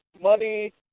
money